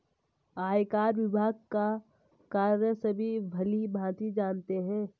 आयकर विभाग का कार्य सभी भली भांति जानते हैं